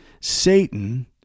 Satan